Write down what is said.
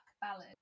ballad